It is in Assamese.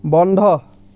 বন্ধ